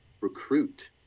recruit